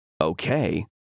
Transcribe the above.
Okay